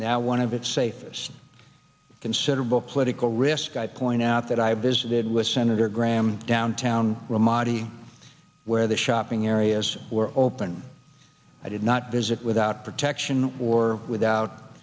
now one of its safes considerable political risk i point out that i have visited with senator graham downtown ramadi where the shopping areas were open i did not visit without protection or without